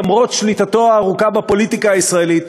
למרות שליטתו הארוכה בפוליטיקה הישראלית,